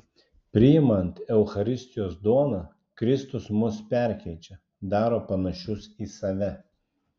priimant eucharistijos duoną kristus mus perkeičia daro panašius į save